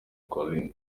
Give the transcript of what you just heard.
collines